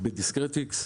ב- Discretix.